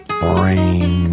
brain